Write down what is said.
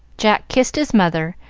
jack kissed his mother,